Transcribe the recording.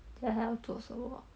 then 还要做什么